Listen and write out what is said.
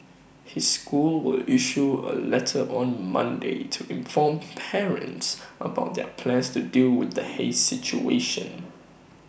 his school will issue A letter on Monday to inform parents about their plans to deal with the haze situation